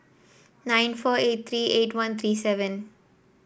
nine four eight three eight one three seven